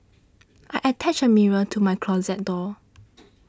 I attached a mirror to my closet door